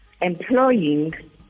employing